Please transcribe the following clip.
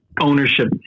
ownership